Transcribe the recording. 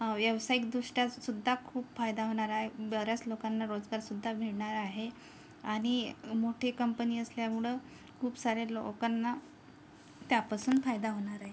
व्यावसायिकदृष्ट्या सुद्धा खूप फायदा होणार आहे बऱ्याच लोकांना रोजगारसुद्धा मिळणार आहे आणि मोठी कंपनी असल्यामुळं खूप साऱ्या लोकांना त्यापासून फायदा होणार आहे